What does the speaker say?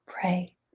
pray